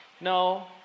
No